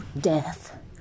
death